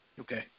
Okay